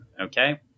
Okay